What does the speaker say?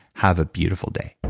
have a beautiful day